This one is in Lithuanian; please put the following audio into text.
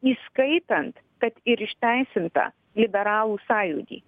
įskaitant kad ir išteisintą liberalų sąjūdį